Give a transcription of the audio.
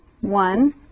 one